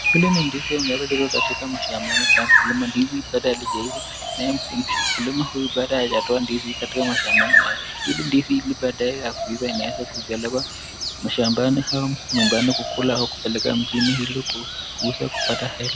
Hii ni ndizi ambayo iko shambani. Mkulima huyu bado hajatoa ndizi hili shambani. Ndizi hili baada ya kuiva linaweza kupelekwa shambani au nyumbani kuliwa au kupelekwa mjini kuuzwa ili kupata hela.